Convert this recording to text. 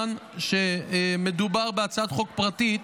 מכיוון שמדובר בהצעת חוק פרטית